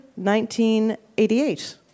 1988